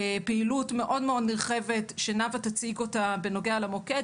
פעילות מאוד נרחבת שנאוה תציג אותה בנוגע למוקד,